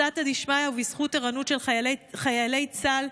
בסייעתא דשמיא, ובזכות ערנות של חיילי צה"ל,